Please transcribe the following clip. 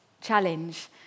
challenge